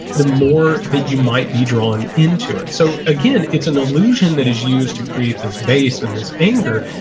the more that you might be drawn into it. so, again, it's an illusion that is used to create this base in this anger.